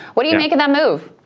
what do you make of that move?